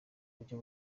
buryo